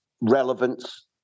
relevance